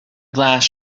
glass